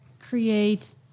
create